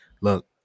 Look